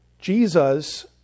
Jesus